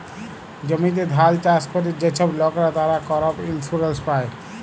জমিতে ধাল চাষ ক্যরে যে ছব লকরা, তারা করপ ইলসুরেলস পায়